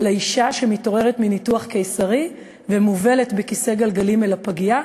לאישה שמתעוררת מניתוח קיסרי ומובלת בכיסא גלגלים אל הפגייה,